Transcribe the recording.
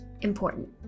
important